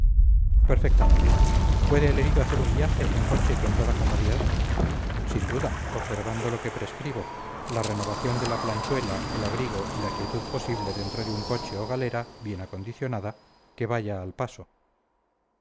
perfectamente puede el herido hacer un viaje en coche con toda comodidad sin duda observando lo que prescribo la renovación de la planchuela el abrigo y la quietud posible dentro de un coche o galera bien acondicionada que vaya al paso